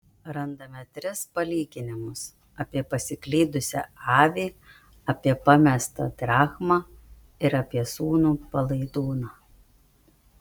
randame tris palyginimus apie pasiklydusią avį apie pamestą drachmą ir apie sūnų palaidūną